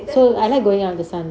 so I like going under the sun now